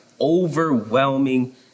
overwhelming